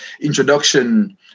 introduction